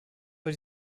bei